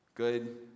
good